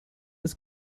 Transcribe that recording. ist